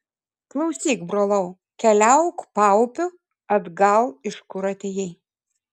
klausyk brolau keliauk paupiu atgal iš kur atėjai